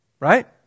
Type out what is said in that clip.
Right